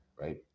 right